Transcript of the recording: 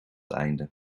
einde